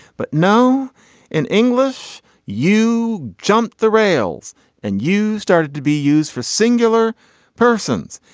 but no in english you jump the rails and you started to be used for singular persons.